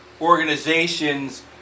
organizations